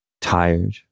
tired